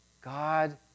God